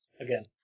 again